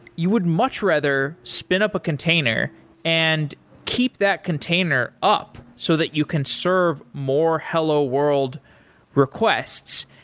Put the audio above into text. you would much rather spin up a container and keep that container up so that you can serve more hello world requests.